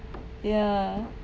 ya